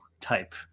type